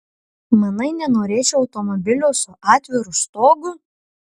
manai nenorėčiau automobilio su atviru stogu